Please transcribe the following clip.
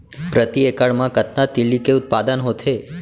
प्रति एकड़ मा कतना तिलि के उत्पादन होथे?